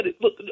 look